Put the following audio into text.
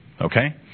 Okay